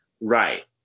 Right